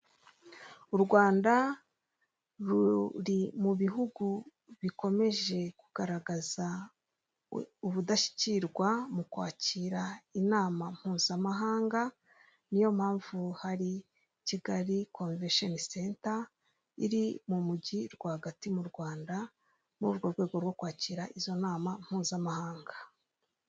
U Rwanda ruri mu bihugu bikomeje kugaragaza ubudashyikirwa, mu kwakira inama mpuzamahanga, niyo mpamvu hari Kigali Convention Centre iri mu mujyi rwagati mu Rwanda muri urwo rwego rwo kwakira izo nama mpuzamahanga.